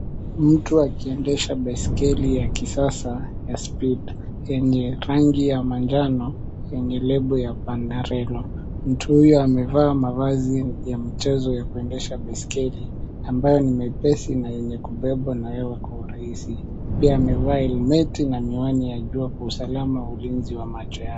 Mtu akiendesha baiskeli ya kisasa ya speed yenye rangi ya manjano yenye lebo ya Panarello. Mtu huyo amevaa mavazi ya mchezo ya kuendesha baiskeli ambayo ni mepesi na yenye kubebwa na hewa kwa urahisi. Pia amevaa helmeti na miwani ya jua kwa usalama wa ulinzi wa macho yake.